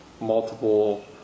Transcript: multiple